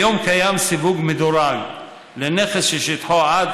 כיום קיים סיווג מדורג לנכס ששטחו עד